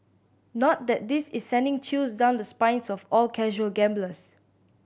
not that this is sending chills down the spines of all casual gamblers